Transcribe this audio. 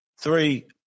Three